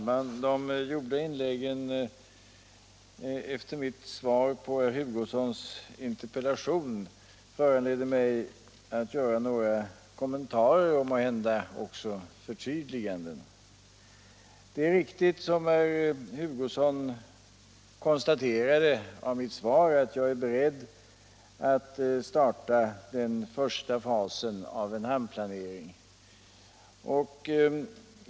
Herr talman! Inläggen efter mitt svar på herr Hugossons interpellation Om ett planeringsföranleder mig att göra några kommentarer och måhända också förtyd = system för det liganden. svenska hamnvä Det är riktigt som herr Hugosson konstaterade av mitt svar, att jag sendet, m.m. är beredd att starta den första fasen av en hamnplanering.